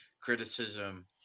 criticism